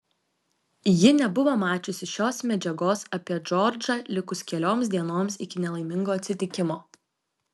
ji nebuvo mačiusi šios medžiagos apie džordžą likus kelioms dienoms iki nelaimingo atsitikimo